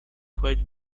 quite